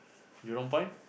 Jurong-Point